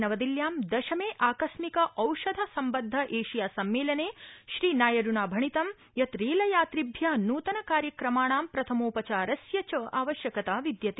नवदिल्ल्यां दशमे आकस्मिक औषध सम्बद्ध एशिया सम्मेलने श्री नायड्ना भणितं यत् रेलयात्रिभ्यः न्तन कार्यक्रमाणां प्रथमोपचारस्य च आवश्यकता विद्यते